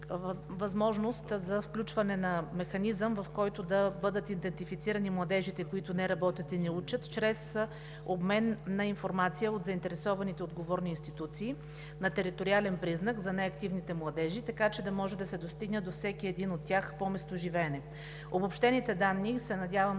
за включване на механизъм, в който да бъдат идентифицирани младежите, които не работят и не учат, чрез обмен на информация от заинтересованите отговорни институции на териториален признак за неактивните младежи, така че да може да се достигне до всеки един от тях по местоживеене. Надявам се до средата